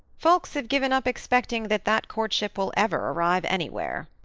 folks have given up expecting that that courtship will ever arrive anywhere.